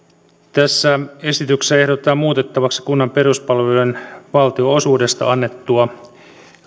tässä esityksessä ehdotetaan muutettavaksi kunnan peruspalvelujen valtionosuudesta annettua